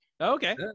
Okay